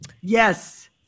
Yes